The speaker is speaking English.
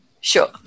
sure